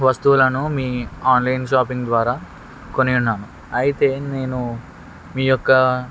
వస్తువులను మీ online shopping ద్వారా కొన్నాను అయితే నేను మీ యొక్క